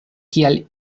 kial